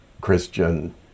Christian